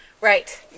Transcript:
Right